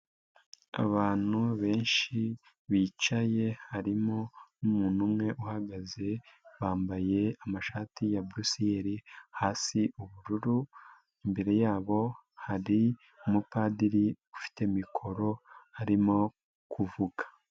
Abantu benshi bicaye, harimo n'umuntu umwe uhagaze, bambaye amashati ya burusiyeli, hasi ubururu, imbere yabo hari umupadiri ufite mikoro arimo kuvuga.